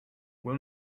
will